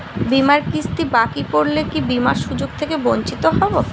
বিমার কিস্তি বাকি পড়লে কি বিমার সুযোগ থেকে বঞ্চিত হবো?